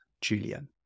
Julian